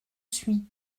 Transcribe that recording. suis